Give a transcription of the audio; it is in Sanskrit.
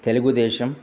तेलुगुदेशम्